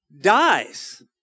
dies